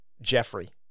Jeffrey